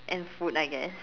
and fruit I guess